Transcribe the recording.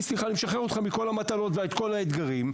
שאתה משחרר אותי מכל המטלות ומכל האתגרים.